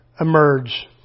emerge